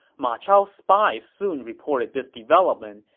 ma chao's spies soon reported this development,